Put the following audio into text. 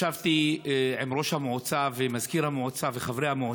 ישבתי עם ראש המועצה, מזכיר המועצה וחברי המועצה.